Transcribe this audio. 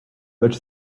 but